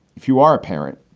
if you are a parent,